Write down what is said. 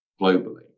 globally